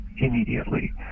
immediately